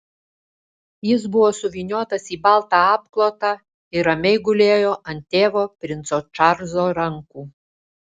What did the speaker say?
jis buvo suvyniotas į baltą apklotą ir ramiai gulėjo ant tėvo princo čarlzo rankų